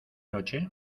noche